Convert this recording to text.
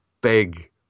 big